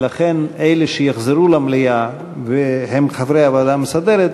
ולכן לאלה שיחזרו למליאה והם חברי הוועדה המסדרת,